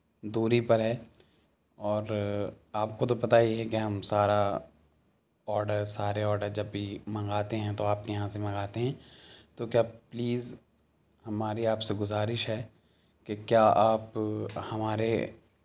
دوری پر ہے اور آپ کو تو پتا ہی ہے کہ ہم سارا آڈر سارے آڈر جب بھی منگاتے ہیں تو آپ کے یہاں سے منگاتے ہیں تو کیا پلیز ہماری آپ سے گزارش ہے کہ کیا آپ ہمارے